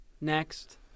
Next